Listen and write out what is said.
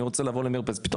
אני רוצה לעבור למרפסת,